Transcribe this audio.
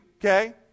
okay